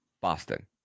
Boston